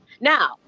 Now